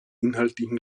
inhaltlichen